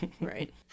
right